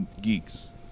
geeks